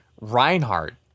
Reinhardt